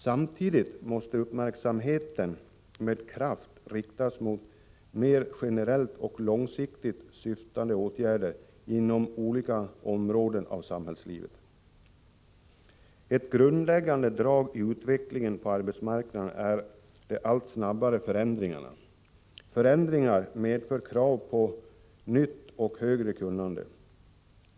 Samtidigt måste uppmärksamheten med kraft riktas mot mer generellt verkande och långsiktigt syftande åtgärder inom olika områden av samhällslivet. Ett grundläggande drag i utvecklingen på arbetsmarknaden är de allt snabbare förändringarna. Förändringar medför krav på nytt och högre kunnande.